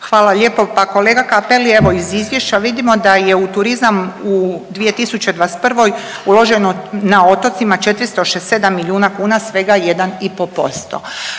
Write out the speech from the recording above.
Hvala lijepo. Pa kolega Cappelli evo iz izvješća vidimo da je u turizam u 2021. uloženo na otocima 467 milijuna kuna svega 1,5%.